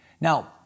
Now